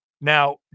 Now